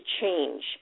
change